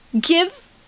give